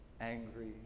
angry